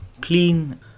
clean